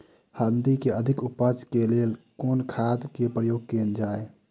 हल्दी केँ अधिक उपज केँ लेल केँ खाद केँ प्रयोग कैल जाय?